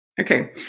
okay